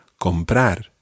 comprar